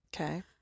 Okay